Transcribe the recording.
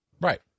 Right